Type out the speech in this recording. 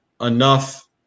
enough